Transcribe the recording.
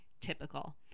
Typical